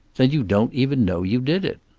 then you don't even know you did it.